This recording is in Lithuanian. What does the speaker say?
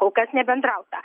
kol kas nebendrauta